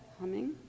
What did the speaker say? humming